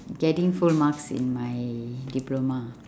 getting full marks in my diploma